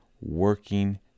working